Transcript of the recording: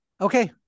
Okay